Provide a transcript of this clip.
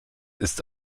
ist